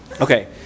Okay